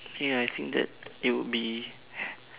ya I think that it would be